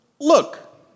look